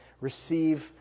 Receive